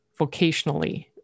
vocationally